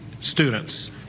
students